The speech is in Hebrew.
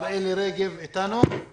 הוא